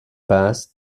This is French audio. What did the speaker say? passent